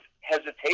hesitation